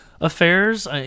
affairs